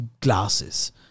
glasses